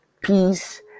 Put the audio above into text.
peace